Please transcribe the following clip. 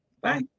Bye